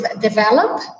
develop